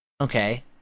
Okay